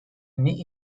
knee